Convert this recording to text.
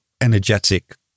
energetic